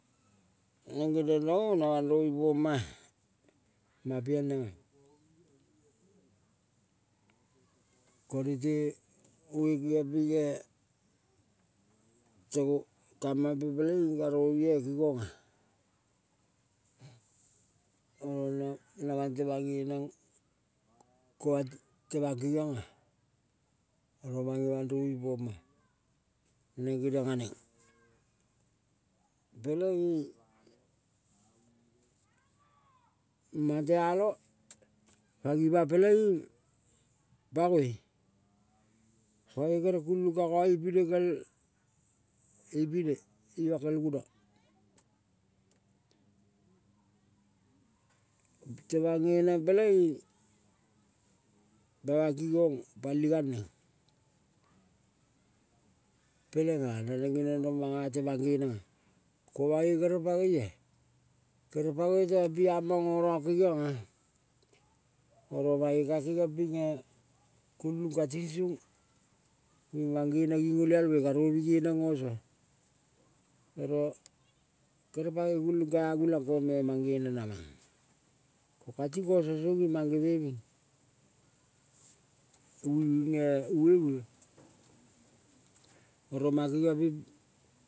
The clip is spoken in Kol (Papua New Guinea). Neng geniong rong ona mandrovi poma-a, ma piel nenga. Konete vipi ong pinge tong kam mampe peleing karovume pi monga oro na, namang temang ngeneng kuan temang kengionga. Oro mange mandrovi poma, neng geniong aneng. Peleing mang tealong pangima peleing pangoi. Pangoi kere kulung ka nga ipine kel ipine ima kel guna temang ngeneng peleing pamang kinong pali neng. Pelenga naneng geniong rong manga temang nge nenga, komange gere pangoi. Kere pangoi tema mang piamong ngo rong kengianga, oro mae ka kengiong pinge kulung kating song imangeneing. Olial moi ka ge neng ngo sua, oro kere pangoi kulung ka agulang kong me mang gene namang kati ging mange veving ginge veve oro mengeviang ping.